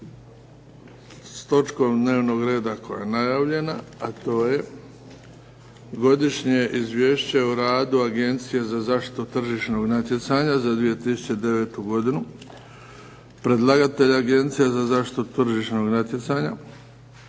s točkom dnevnog reda koja je najavljena, a to je –- Godišnje izvješće o radu Agencije za zaštitu tržišnog natjecanja za 2009. godinu Predlagatelj: Agencija za zaštitu tržišnog natjecanja